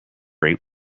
rate